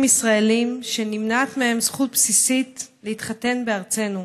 ישראלים שנמנעת מהם זכות בסיסית להתחתן בארצנו.